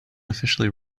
officially